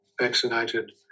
vaccinated